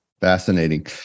Fascinating